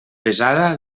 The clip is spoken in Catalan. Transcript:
pesada